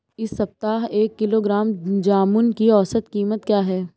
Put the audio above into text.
इस सप्ताह एक किलोग्राम जामुन की औसत कीमत क्या है?